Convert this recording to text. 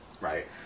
right